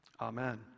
Amen